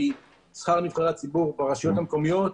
כי שכר נבחרי הציבור ברשויות המקומיות,